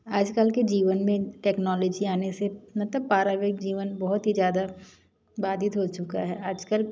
आज कल के जीवन में टेक्नोलेजी आने से मतलब पारावारिक जीवन बहुत ही ज़्यादा बाधित हो चुका है आज कल